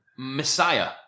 Messiah